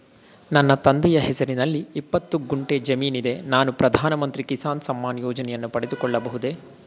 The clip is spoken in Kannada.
ನನ್ನ ತಂದೆಯ ಹೆಸರಿನಲ್ಲಿ ಇಪ್ಪತ್ತು ಗುಂಟೆ ಜಮೀನಿದೆ ನಾನು ಪ್ರಧಾನ ಮಂತ್ರಿ ಕಿಸಾನ್ ಸಮ್ಮಾನ್ ಯೋಜನೆಯನ್ನು ಪಡೆದುಕೊಳ್ಳಬಹುದೇ?